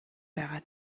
байгаа